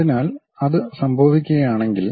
അതിനാൽ അത് സംഭവിക്കുകയാണെങ്കിൽ